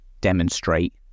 demonstrate